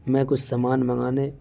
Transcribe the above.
میں کچھ سامان منگانے